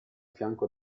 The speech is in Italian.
fianco